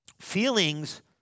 feelings